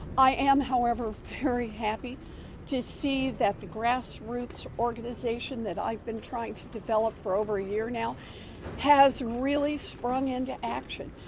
i am however very happy to see that the grassroots organization that i have been trying to develop for over a year now has really sprung into action.